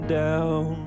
down